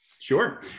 Sure